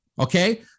okay